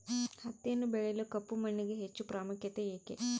ಹತ್ತಿಯನ್ನು ಬೆಳೆಯಲು ಕಪ್ಪು ಮಣ್ಣಿಗೆ ಹೆಚ್ಚು ಪ್ರಾಮುಖ್ಯತೆ ಏಕೆ?